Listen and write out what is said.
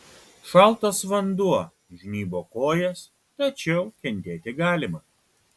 šaltas vanduo žnybo kojas tačiau kentėti galima